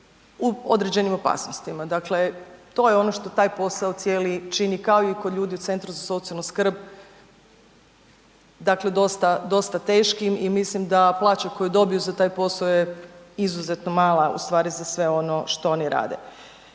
u određenim opasnostima, dakle to je ono što taj posao cijeli čini kao i kod ljudi u Centru za socijalnu skrb, dakle dosta, dosta teškim i mislim da plaća koju dobiju za taj posao je izuzetno mala u stvari za sve ono što oni rade.